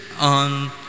on